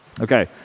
Okay